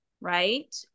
right